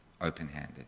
open-handed